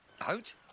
Out